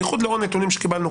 בייחוד לאור הנתונים שקיבלנו.